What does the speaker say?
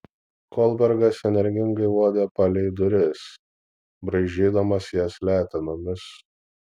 kolbergas energingai uodė palei duris braižydamas jas letenomis